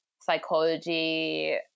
psychology